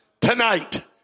Tonight